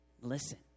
Listen